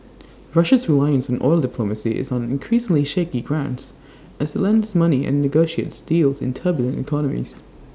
Russia's reliance on oil diplomacy is on increasingly shaky grounds as IT lends money and negotiates deals in turbulent economies